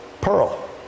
pearl